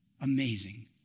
Amazing